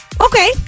Okay